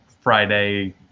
Friday